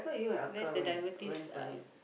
that's the diabetes uh